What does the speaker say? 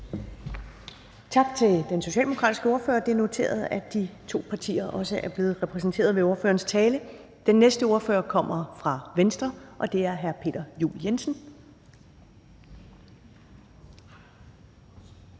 Tak til den socialdemokratiske ordfører. Det er noteret, at de to partier også er blevet repræsenteret ved ordførerens tale. Den næste ordfører kommer fra Venstre, og det er hr. Peter Juel-Jensen.